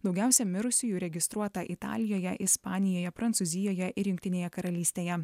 daugiausia mirusiųjų registruota italijoje ispanijoje prancūzijoje ir jungtinėje karalystėje